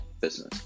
business